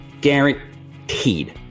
Guaranteed